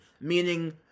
meaning